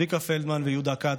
צביקה פלדמן ויהודה כץ,